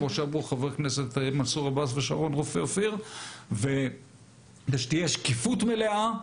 כמו שאמרו חברי הכנסת מנסור עבאס ושרון רופא אופיר ושתהיה שקיפות מלאה,